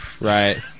right